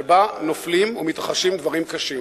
שבה נופלים ומתרחשים דברים קשים,